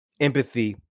empathy